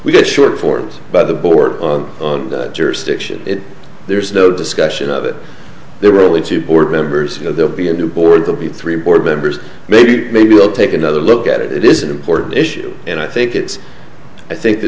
we got short forms by the board on jurisdiction there's no discussion of it there are only two board members you know there will be a new board the p three board members maybe maybe will take another look at it is an important issue and i think it's i think the